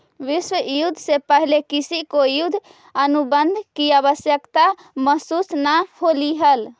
विश्व युद्ध से पहले किसी को युद्ध अनुबंध की आवश्यकता महसूस न होलई हल